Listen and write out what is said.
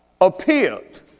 appeared